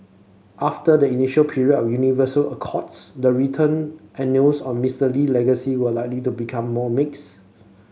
after the initial period of universal accolades the written annals on Mister Lee legacy will likely to become more mixed